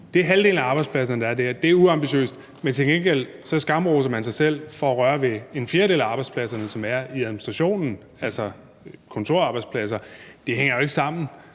Det er halvdelen af arbejdspladserne, der er der. Det er uambitiøst. Men til gengæld skamroser man sig selv for at røre ved en fjerdedel af arbejdspladserne, som er i administrationen, altså kontorarbejdspladser. Det hænger jo ikke sammen.